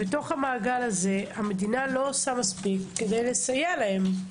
בתוך המעגל הזה המדינה לא עושה מספיק כדי לסייע להם.